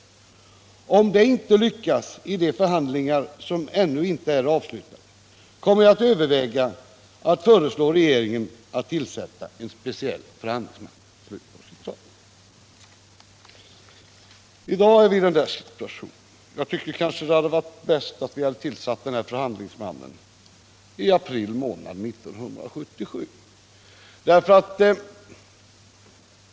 Om det inte lyckas i de förhandlingar som ännu inte är avslutade, kommer jag att överväga att föreslå regeringen att tillsätta en speciell förhandlingsman.” I dag är vi i denna situation. Det hade kanske varit bäst att tillsätta förhandlingsmannen redan i april månad 1977.